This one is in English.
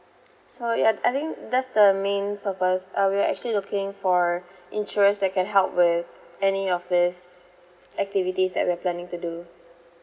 so ya I think that's the main purpose uh we're actually looking for insurance that can help with any of this activities that we're planning to do